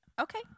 Okay